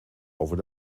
over